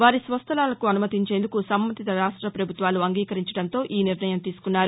వారి స్వస్థలాలకు అనుమతించేందుకు సంబంధిత రాష్ట పభుత్వాలు అంగీకరించడంతో ఈ నిర్ణయం తీసుకున్నారు